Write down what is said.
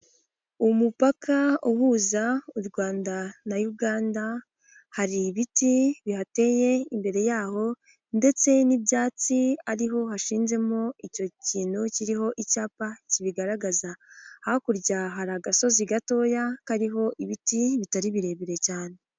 Umupaka uhuza u Rwanda na Uganda, hari ibiti bihateye imbere yaho ndetse n'ibyatsi ariho hashinzemo icyo kintu kiriho icyapa kibigaragaza, hakurya hari agasozi gatoya kariho ibiti bitari birebire cyane.